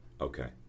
Okay